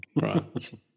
Right